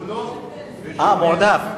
אה, מועדף.